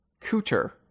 Cooter